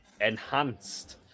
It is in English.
enhanced